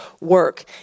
work